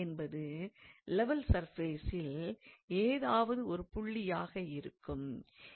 என்பது லெவல் சர்ஃபேசில் ஏதாவது ஒரு புள்ளியாக இருக்கும்